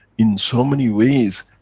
in so many ways,